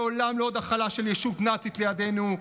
לעולם לא עוד הכלה של ישות נאצית לידנו.